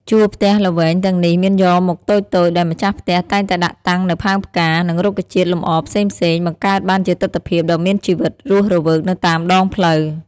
ជួរផ្ទះល្វែងទាំងនេះមានយ៉រមុខតូចៗ ដែលម្ចាស់ផ្ទះតែងតែដាក់តាំងនូវផើងផ្កា និងរុក្ខជាតិលម្អផ្សេងៗ បង្កើតបានជាទិដ្ឋភាពដ៏មានជីវិតរស់វើកនៅតាមដងផ្លូវ។